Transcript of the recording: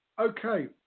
Okay